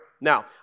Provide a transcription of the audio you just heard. Now